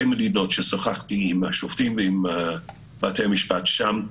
מדינות ששוחתי עם השופטים ועם בתי המשפט שם,